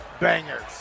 bangers